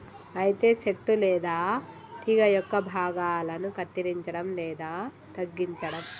అయితే సెట్టు లేదా తీగ యొక్క భాగాలను కత్తిరంచడం లేదా తగ్గించడం